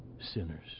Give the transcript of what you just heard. sinners